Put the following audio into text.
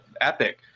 epic